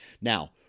now